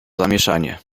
zamieszanie